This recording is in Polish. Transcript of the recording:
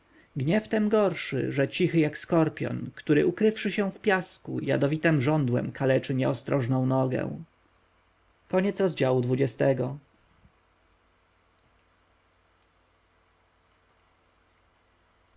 gniew tem gorszy że cichy jak skorpjon który ukrywszy się w piasku jadowitem żądłem kaleczy nieostrożną nogę